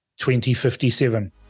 2057